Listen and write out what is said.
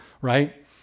right